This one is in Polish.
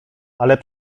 ale